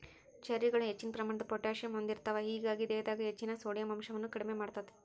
ಚೆರ್ರಿಗಳು ಹೆಚ್ಚಿನ ಪ್ರಮಾಣದ ಪೊಟ್ಯಾಸಿಯಮ್ ಹೊಂದಿರ್ತಾವ, ಹೇಗಾಗಿ ದೇಹದಾಗ ಹೆಚ್ಚಿನ ಸೋಡಿಯಂ ಅಂಶವನ್ನ ಕಡಿಮಿ ಮಾಡ್ತೆತಿ